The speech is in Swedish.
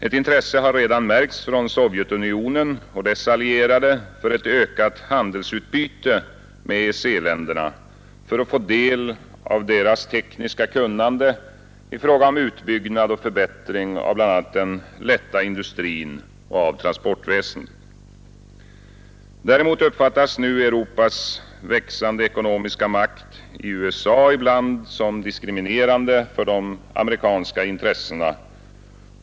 Ett intresse har redan märkts från Sovjetunionen och dess allierade för ökat handelsutbyte med EEC-länderna och för att få del av deras tekniska kunnande i fråga om utbyggnad och förbättring av bl.a. den lätta industrin och transportväsendet. Däremot uppfattas nu Europas växande ekonomiska makt i USA ibland som diskriminerande för de amerikanska intressena.